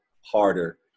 harder